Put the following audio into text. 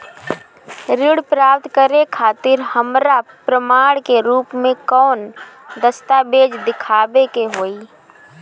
ऋण प्राप्त करे खातिर हमरा प्रमाण के रूप में कौन दस्तावेज़ दिखावे के होई?